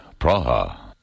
Praha